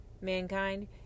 mankind